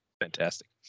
Fantastic